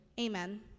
Amen